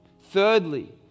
Thirdly